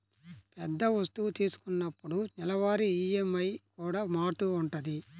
పెద్ద వస్తువు తీసుకున్నప్పుడు నెలవారీ ఈఎంఐ కూడా మారుతూ ఉంటది